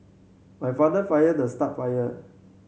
my father fired the star fire